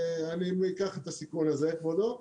אני אקח את הסיכון הזה כבודו.